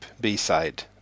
B-side